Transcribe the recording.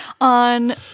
on